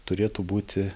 turėtų būti